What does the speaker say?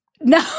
No